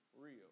real